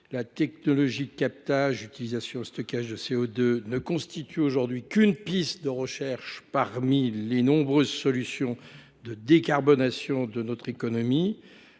La technologie de captage, utilisation et stockage de CO2 ne constitue aujourd’hui qu’une piste de recherche parmi les nombreuses solutions de décarbonation de notre économie.